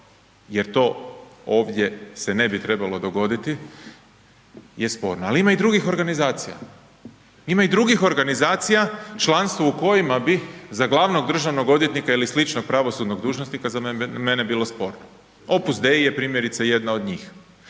jer to ovdje se ne bi trebalo dogoditi, je sporna. Al ima i drugih organizacija, ima i drugih organizacija, članstvo u kojima bi za glavnog državnog odvjetnika ili sličnog pravosudnog dužnosnika za mene bilo sporno. Opus dei je primjerice jedna od njih.